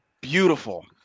beautiful